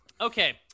Okay